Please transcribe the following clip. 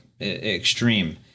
extreme